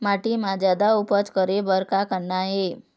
माटी म जादा उपज करे बर का करना ये?